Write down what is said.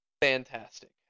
fantastic